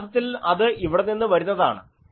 യഥാർത്ഥത്തിൽ അത് ഇവിടെ നിന്ന് വരുന്നതാണ് ആണ്